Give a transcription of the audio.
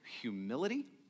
humility